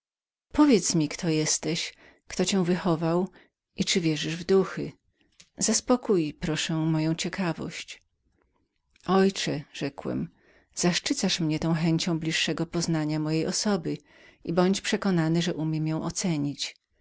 powiedz mi kto jesteś kto cię wychował i czy wierzysz lub nie wierzysz w duchy bądź tak dobry i zaspokój moją ciekawość ojcze rzekłem zaszczycasz mnie tą chęcią bliższego poznania mojej osoby i bądź przekonany że umiem ją cenić